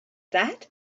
that